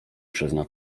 przezna